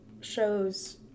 shows